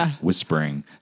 whispering